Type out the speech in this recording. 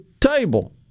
table